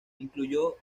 incluyó